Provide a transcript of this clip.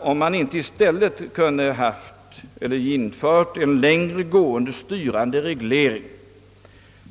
om man inte i stället för en investeringsavgift borde ha infört en längre gående, direkt styrande reglering.